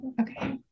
Okay